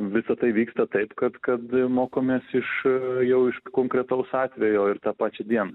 visa tai vyksta taip kad kad mokomės iš jau iš konkretaus atvejo ir tą pačią dieną